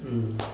mm